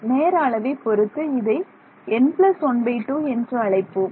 நேர அளவைப் பொறுத்து இதை n 12 என்று அழைப்போம்